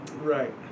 Right